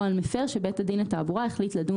או על מפר שבית דין לתעבורה החליט לדון